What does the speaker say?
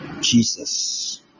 Jesus